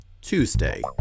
Tuesday